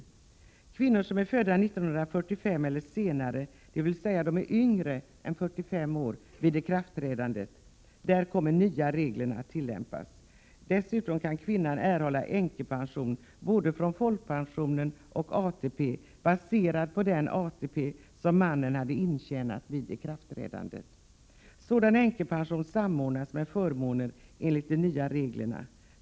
För kvinnor som är födda 1945 eller senare, dvs. de som är yngre än 45 år vid ikraftträdandet, kommer nya regler att tillämpas. Dessutom kan kvinnan erhålla änkepension både från folkpensionen och ATP, baserad på den ATP-poäng som mannen intjänat vid ikraftträdandet. Sådan änkepension samordnas med förmåner enligt de nya reglerna.